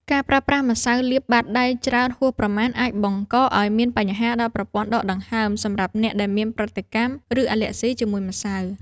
ការប្រើប្រាស់ម្សៅលាបបាតដៃច្រើនហួសប្រមាណ អាចបង្កឱ្យមានបញ្ហាដល់ប្រព័ន្ធដកដង្ហើមសម្រាប់អ្នកដែលមានប្រតិកម្ម ឬអាឡែស៊ីជាមួយម្សៅ។